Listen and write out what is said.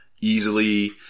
easily